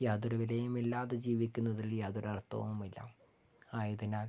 യാതൊരു വിലയുമില്ലാതെ ജീവിക്കുന്നതിൽ യാതൊരു അർത്ഥവുമില്ല ആയതിനാൽ